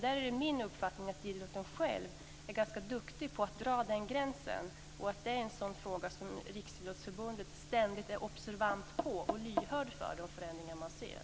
Där är min uppfattning att man inom idrotten är duktig på att dra gränsen. Det är en sådan fråga där Riksidrottsförbundet ständigt är observant på och lyhörd för förändringar.